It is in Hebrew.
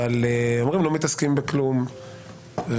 אבל אומרים שאנחנו לא מתעסקים בכלום ולצערי